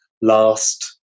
last